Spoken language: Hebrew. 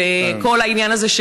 כל העניין הזה,